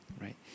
right